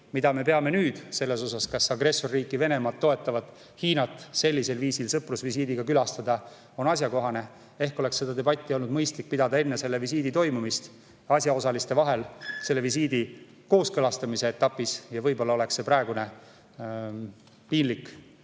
mida me peame nüüd teemal, kas agressorriiki Venemaad toetavat Hiinat sellisel viisil sõprusvisiidiga külastada on asjakohane, olnud mõistlik pidada enne visiidi toimumist asjaosaliste vahel visiidi kooskõlastamise etapis. Võib-olla oleks see praegune piinlik